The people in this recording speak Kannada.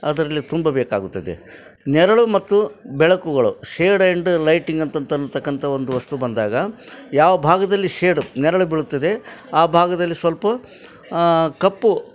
ಅದರಲ್ಲಿ ತುಂಬಬೇಕಾಗುತ್ತದೆ ನೆರಳು ಮತ್ತು ಬೆಳಕುಗಳು ಶೇಡ್ ಅಂಡ್ ಲೈಟಿಂಗ್ ಅಂತ ಅಂತ ಅಂತಕ್ಕಂಥ ಒಂದು ವಸ್ತು ಬಂದಾಗ ಯಾವ ಭಾಗದಲ್ಲಿ ಶೇಡ್ ನೆರಳು ಬೀಳ್ತದೆ ಆ ಭಾಗದಲ್ಲಿ ಸ್ವಲ್ಪ ಕಪ್ಪು